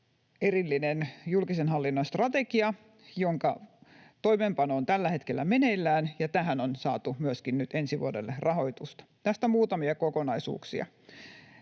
erillinen julkisen hallinnon strategia, jonka toimeenpano on tällä hetkellä meneillään, ja tähän on saatu myöskin nyt ensi vuodelle rahoitusta. Tästä muutamia kokonaisuuksia.